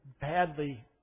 badly